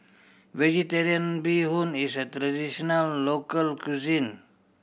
Vegetarian Bee Hoon is a traditional local cuisine